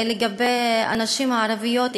לגבי הנשים הערביות,